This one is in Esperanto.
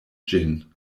ĝin